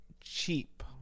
cheap